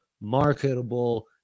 marketable